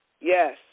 Yes